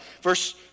Verse